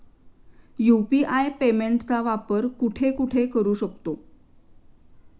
UPI पेमेंटचा वापर कुठे कुठे करू शकतो?